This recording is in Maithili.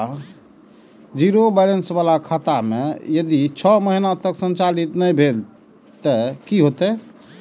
जीरो बैलेंस बाला खाता में यदि छः महीना तक संचालित नहीं भेल ते कि होयत?